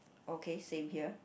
okay same here